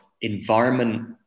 environment